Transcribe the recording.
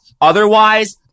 Otherwise